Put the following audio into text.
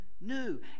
new